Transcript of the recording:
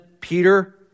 Peter